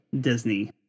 Disney